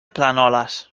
planoles